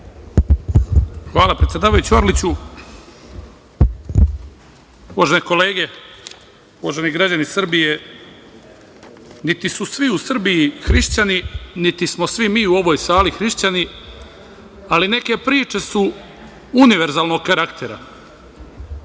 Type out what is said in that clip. Hvala, predsedavajući Orliću. Uvažene kolege, uvaženi građani Srbije, niti su svi u Srbiji hrišćani, niti smo svi mi u ovoj sali hrišćani, ali neke priče su univerzalnog karaktera. Jevanđelje